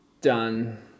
done